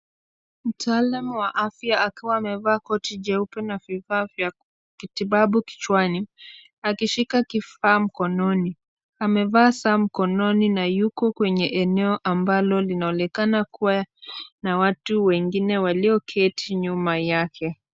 Mtaalamu wa afya akiwa amevaa koti jeupe na vifaa vya matibabu kichwani akishika kifaa mkononi amevaa saa mkononi na yuko kwenye eneo ambalo linaonekana kuwa na watu wengine walioketi nyuma yake.